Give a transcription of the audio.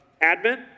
Advent